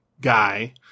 guy